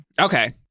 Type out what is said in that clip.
Okay